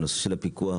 הנושא של הפיקוח,